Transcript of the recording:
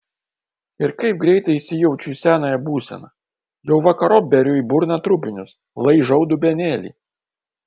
ir kaip greitai įsijaučiu į senąją būseną jau vakarop beriu į burną trupinius laižau dubenėlį